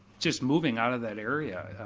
just moving out of that area,